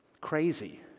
crazy